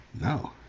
No